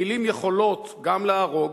מלים יכולות גם להרוג,